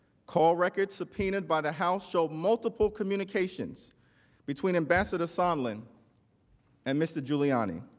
call records subpoenaed by the house showed multiple communications between ambassador sondland and mr. giuliani.